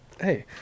Hey